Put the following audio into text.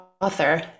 author